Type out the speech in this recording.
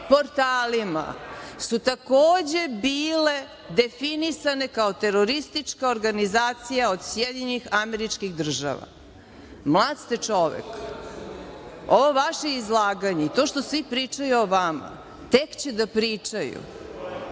portalima su takođe bile definisane kao teroristička organizacija od SAD.Mlad ste čovek, ovo vaše izlaganje i to što svi pričaju o vama, tek će da pričaju,